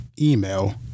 Email